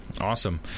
Awesome